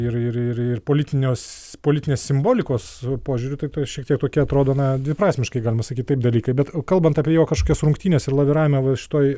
ir ir ir politinios politinės simbolikos požiūriu tiktai šiek tiek tokie atrodo na dviprasmiškai galima sakyt taip dalykai bet kalbant apie jo kažkokias rungtynes ir laviravimą va šitoj